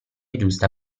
giusta